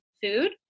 food